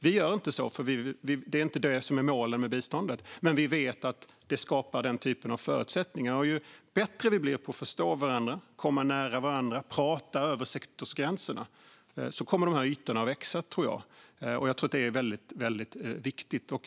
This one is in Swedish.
Vi gör inte så, för det är inte det som är målet med biståndet. Men vi vet att det skapar den typen av förutsättningar. Ju bättre vi blir på att förstå varandra, komma nära varandra och prata över sektorsgränserna, desto mer kommer de här ytorna att växa. Jag tror att det är väldigt viktigt.